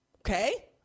Okay